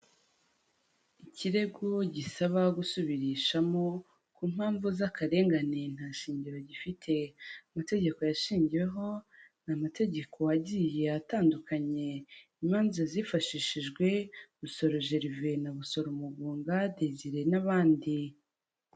Ikirego gisaba gusubirishamo ku mpamvu z'akarengane nta shingiro gifite, amategeko yashingiweho ni amategeko agiye atandukanye, imanza zifashishijwe, Busoro Gervais na Busoro Mugunga Desire n'abandi.